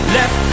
Left